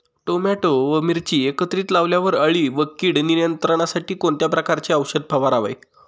Tomato व मिरची एकत्रित लावल्यावर अळी व कीड नियंत्रणासाठी कोणत्या प्रकारचे औषध फवारावे?